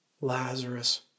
Lazarus